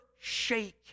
shake